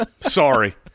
Sorry